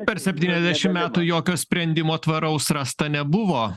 per septyniasdešim metų jokio sprendimo tvaraus rasta nebuvo